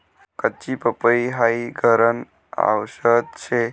कच्ची पपई हाई घरन आवषद शे